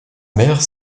mère